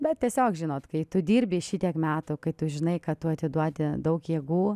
bet tiesiog žinot kai tu dirbi šitiek metų kai tu žinai kad tu atiduodi daug jėgų